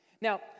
Now